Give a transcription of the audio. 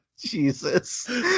Jesus